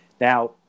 now